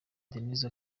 denise